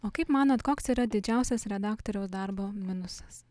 o kaip manot koks yra didžiausias redaktoriaus darbo minusas